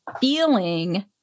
feeling